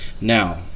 now